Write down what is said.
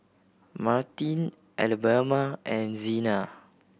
Martine Alabama and Zena